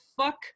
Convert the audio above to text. fuck